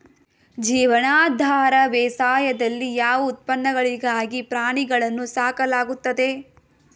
ಜೀವನಾಧಾರ ಬೇಸಾಯದಲ್ಲಿ ಯಾವ ಉತ್ಪನ್ನಗಳಿಗಾಗಿ ಪ್ರಾಣಿಗಳನ್ನು ಸಾಕಲಾಗುತ್ತದೆ?